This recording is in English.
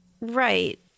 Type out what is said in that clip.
Right